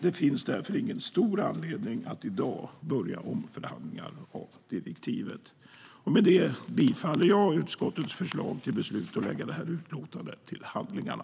Det finns därför ingen stor anledning att i dag börja omförhandlingar av direktivet. Med det yrkar jag bifall till utskottets förslag till beslut: att lägga det här utlåtandet till handlingarna.